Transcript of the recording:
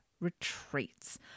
retreats